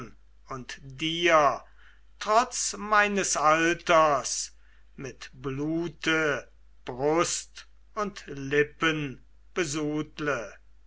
und dir trotz meines alters mit blute brust und lippen besudle